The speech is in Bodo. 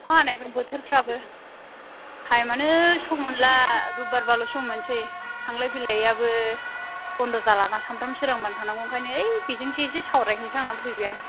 अखा हानाय ना बोथोरफ्राबो टाइमआनो सम मोनला रबिबार बाल' सम मोनसै थांलाय फैलायाबो बन्द' जालाना सानफ्रोमबो सोरांबानो थांनांगौ ओंखायनो ऐ बेजोंसो एसे सावरायलाहैनोसै होननानै फैबाय आं